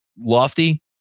lofty